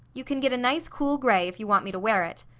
you can get a nice cool gray, if you want me to wear it.